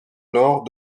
nord